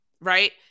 right